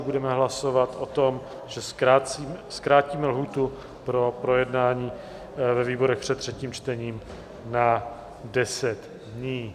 Budeme hlasovat o tom, že zkrátíme lhůtu pro projednání ve výborech před třetím čtením na 10 dní.